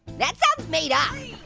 that sounds made ah